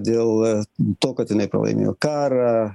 dėl to kad jinai pralaimėjo karą